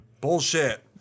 Bullshit